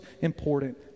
important